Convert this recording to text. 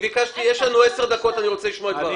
יש לנו 10 דקות ואני רוצה לשמוע את דבריו.